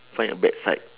fight the bad side